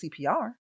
CPR